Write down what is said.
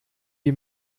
wie